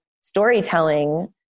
storytelling